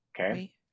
okay